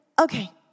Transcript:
okay